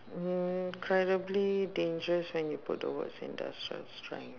mm incredibly dangerous when you put the words industrial strength